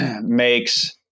makes